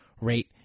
rate